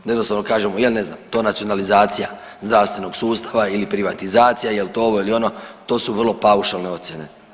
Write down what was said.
Da jednostavno kažemo ja ne znam to je nacionalizacija zdravstvenog sustava ili privatizacija jel to ovo ili ono, to su vrlo paušalne ocjene.